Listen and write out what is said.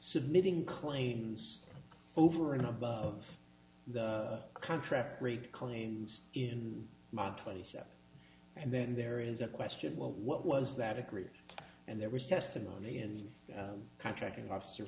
submitting claims over and above the contract rate claims in my twenty seven and then there is a question well what was that agreed and there was testimony in the contracting officer